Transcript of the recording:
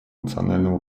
национального